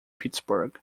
pittsburgh